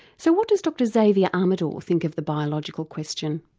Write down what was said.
so what does dr xavier armador think of the biological question.